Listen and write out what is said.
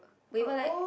we were like